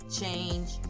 Change